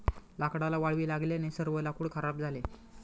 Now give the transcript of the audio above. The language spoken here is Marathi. लाकडाला वाळवी लागल्याने सर्व लाकूड खराब झाले